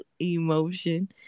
emotion